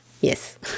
Yes